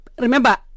remember